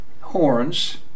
horns